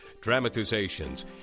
dramatizations